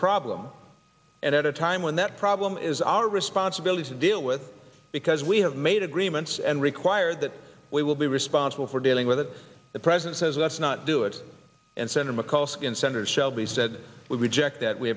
problem and at a time when that problem is our responsibility to deal with because we have made agreements and required that we will be responsible for dealing with it the president says let's not do it and center mccall skin senator shelby said we reject that we